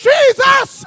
Jesus